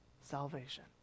salvation